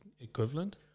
equivalent